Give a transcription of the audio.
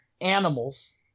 animals